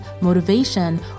motivation